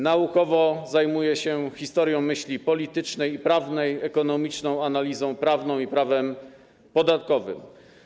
Naukowo zajmuje się historią myśli politycznej i prawnej, ekonomiczną analizą prawa i prawem podatkowym.